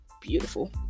beautiful